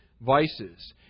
vices